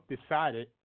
decided